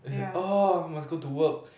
as in !ah! I must go to work